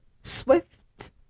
Swift